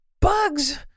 bugs